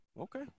Okay